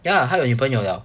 ya 他有女朋友了